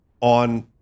on